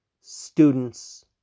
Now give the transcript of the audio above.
students